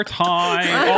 time